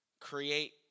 create